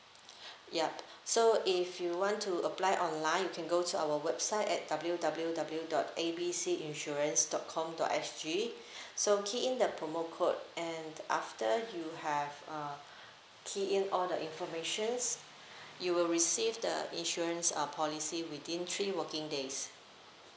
yup so if you want to apply online you can go to our website at W W W dot A B C insurance dot com dot S G so key in the promo code and after you have uh key in all the information you will receive the insurance uh policy within three working days